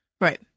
Right